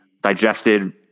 digested